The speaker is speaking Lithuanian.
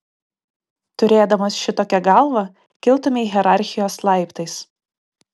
turėdamas šitokią galvą kiltumei hierarchijos laiptais